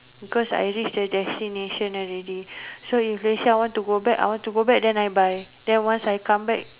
because I reach the destination already so if let's say I want to go back I want to go back then I buy then once I come back